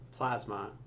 Plasma